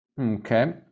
Okay